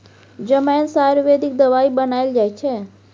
जमैन सँ आयुर्वेदिक दबाई बनाएल जाइ छै